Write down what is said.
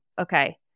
okay